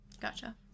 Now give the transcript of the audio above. Gotcha